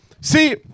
See